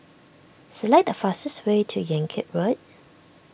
select the fastest way to Yan Kit Road